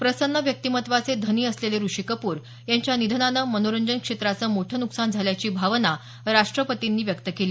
प्रसन्न व्यक्तिमत्त्वाचे धनी असलेले ऋषी कप्र यांच्या निधनानं मनोरंजन क्षेत्राचं मोठं न्कसान झाल्याची भावना राष्ट्रपतींनी व्यक्त केली